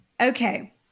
Okay